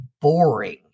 boring